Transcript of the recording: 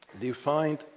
defined